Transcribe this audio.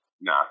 nah